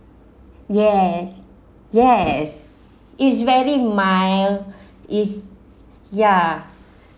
yeah yes is very mild is ya